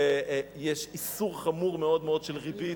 יש איסור חמור מאוד של ריבית.